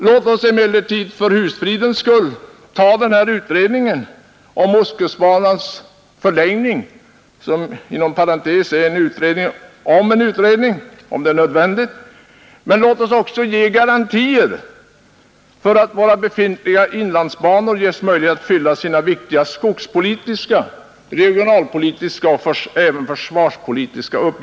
Låt oss emellertid för husfridens skull ta utredningen Järnväg mellan om ostkustbanans förlängning — inom parentes sagt en utredning om ÖPre Norrland och Mellansverige behovet av en utredning — men ge oss då också garantier för att våra befintliga inlandsbanor ges möjligheter att fylla sina viktiga skogspolitiska, regionalpolitiska och även försvarspolitiska uppgifter.